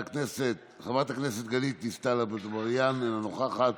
חברת הכנסת גלית דיסטל אטבריאן, אינה נוכחת,